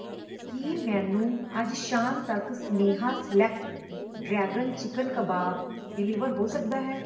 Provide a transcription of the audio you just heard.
ਕੀ ਮੈਨੂੰ ਅੱਜ ਸ਼ਾਮ ਤੱਕ Sneha select dragon chicken kebab deliver ਹੋ ਸਕਦਾ ਹੈ